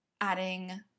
adding